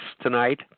tonight